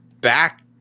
back